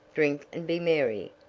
drink and be merry,